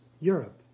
Europe